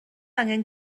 angen